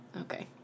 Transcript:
Okay